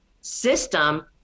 system